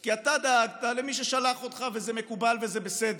כי אתה דאגת למי ששלח אותך, וזה מקובל וזה בסדר,